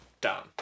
done